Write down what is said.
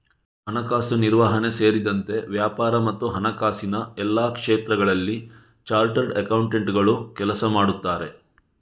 ಹಣಕಾಸು ನಿರ್ವಹಣೆ ಸೇರಿದಂತೆ ವ್ಯಾಪಾರ ಮತ್ತು ಹಣಕಾಸಿನ ಎಲ್ಲಾ ಕ್ಷೇತ್ರಗಳಲ್ಲಿ ಚಾರ್ಟರ್ಡ್ ಅಕೌಂಟೆಂಟುಗಳು ಕೆಲಸ ಮಾಡುತ್ತಾರೆ